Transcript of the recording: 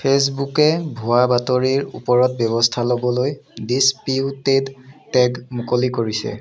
ফেচবুকে ভুৱা বাতৰিৰ ওপৰত ব্যৱস্থা ল'বলৈ ডিছপিউটেড টেগ মুকলি কৰিছে